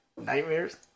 Nightmares